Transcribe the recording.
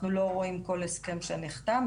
אנחנו לא רואים כל הסכם שנחתם.